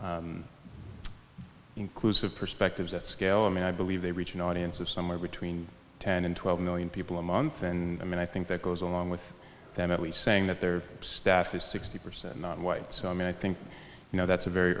for inclusive perspectives that scale and i believe they reach an audience of somewhere between ten and twelve million people a month and i think that goes along with that at least saying that their staff is sixty percent white so i mean i think you know that's a very